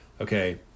Okay